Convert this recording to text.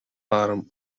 arm